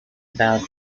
about